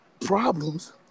problems